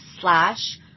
slash